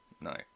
No